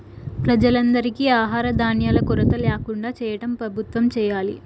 ప్రజలందరికీ ఆహార ధాన్యాల కొరత ల్యాకుండా చేయటం ప్రభుత్వం చేయాలి